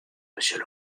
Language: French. monsieur